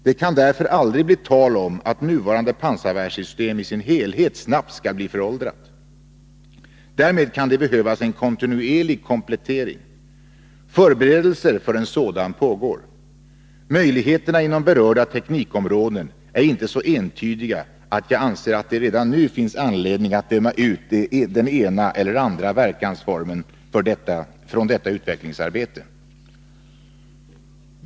Det kan därför aldrig bli tal om att nuvarande pansarvärnssystem i sin helhet snabbt skulle bli föråldrat. Däremot kan det behövas en kontinuerlig komplettering. Förberedelser för en sådan pågår. Möjligheterna inom berörda teknikområden är inte så entydiga att jag anser att det redan nu finns anledning att döma ut den ena eller andra verkansformen från detta utvecklingsarbete.